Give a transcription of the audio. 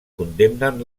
condemnen